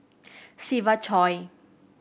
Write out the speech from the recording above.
Siva Choy